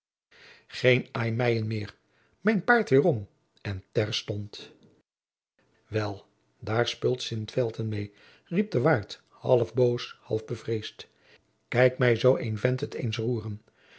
geen aimijën meer mijn paard weêrom en terstond jacob van lennep de pleegzoon wel daôr speult sint felten meê riep de waard half boos half bevreesd kijk mij zoo een vent het eens roeren